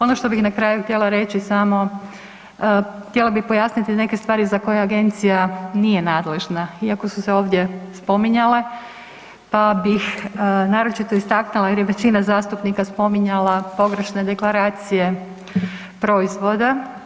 Ono što bih na kraju htjela reći samo, htjela bi pojasniti neke stvari za koje agencija nije nadležna iako su se ovdje spominjale, pa bih naročito istaknula jer je većina zastupnika spominjala pogrešne deklaracije proizvoda.